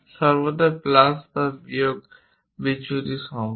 সর্বদা প্লাস বা বিয়োগ বিচ্যুতি সম্ভব